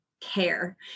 care